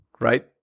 right